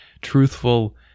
truthful